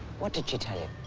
what did you tell you?